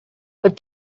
with